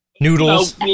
noodles